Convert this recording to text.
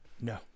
No